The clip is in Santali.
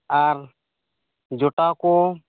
ᱟᱨ ᱡᱚᱴᱟᱣ ᱠᱚ